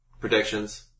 predictions